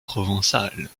provençale